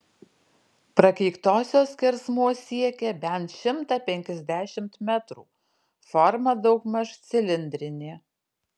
prakeiktosios skersmuo siekia bent šimtą penkiasdešimt metrų forma daugmaž cilindrinė